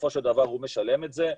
בסופו של דבר הוא משלם את זה,